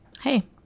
Hey